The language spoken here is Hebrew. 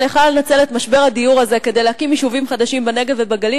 יכלה לנצל את משבר הדיור הזה כדי להקים יישובים חדשים בנגב ובגליל,